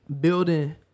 building